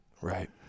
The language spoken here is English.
Right